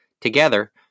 Together